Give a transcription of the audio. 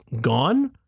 gone